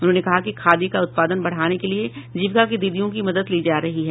उन्होंने कहा कि खादी का उत्पादन बढ़ाने के लिये जीविका की दीदियों की मदद ली जा रही है